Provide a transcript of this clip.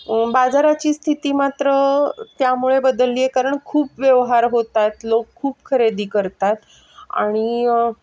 बाजाराची स्थिती मात्र त्यामुळे बदलली आहे कारण खूप व्यवहार होतात लोक खूप खरेदी करतात आणि